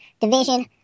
division